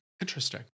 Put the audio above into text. Interesting